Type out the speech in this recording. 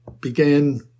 began